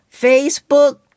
Facebook